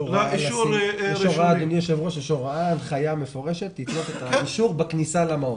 יש הוראה והנחיה מפורשת לתלות את האישור בכניסה למעון.